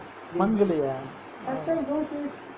மங்குலயா:maggulayaa